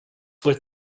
for